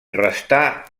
restà